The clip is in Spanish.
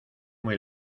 muy